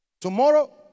Tomorrow